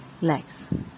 legs